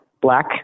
black